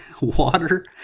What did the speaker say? water